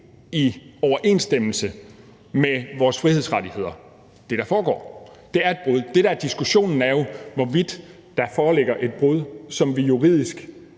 i overensstemmelse med vores frihedsrettigheder. Det er et brud på dem. Det, der er diskussionen, er jo, hvorvidt der foreligger et brud, som vi juridisk